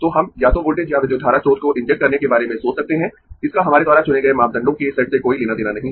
हम या तो वोल्टेज या विद्युत धारा स्रोत को इंजेक्ट करने के बारे में सोच सकते है इसका हमारे द्वारा चुने गए मापदंडों के सेट से कोई लेना देना नहीं है